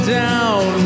down